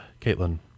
Caitlin